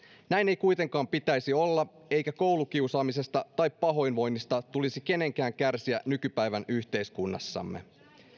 näin ei kuitenkaan pitäisi olla eikä koulukiusaamisesta tai pahoinvoinnista tulisi kenenkään kärsiä nykypäivän yhteiskunnassamme